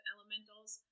Elementals